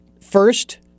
first